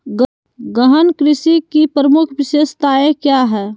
गहन कृषि की प्रमुख विशेषताएं क्या है?